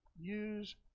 use